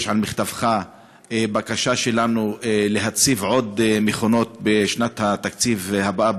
ויש על שולחנך בקשה שלנו להציב עוד מכונות בשנת התקציב הבאה,